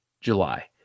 July